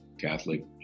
Catholic